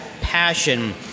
passion